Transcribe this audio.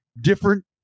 different